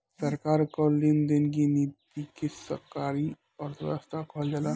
सरकार कअ लेन देन की नीति के सरकारी अर्थव्यवस्था कहल जाला